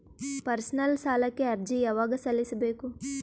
Personal ಸಾಲಕ್ಕೆ ಅರ್ಜಿ ಯವಾಗ ಸಲ್ಲಿಸಬೇಕು?